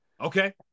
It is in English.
okay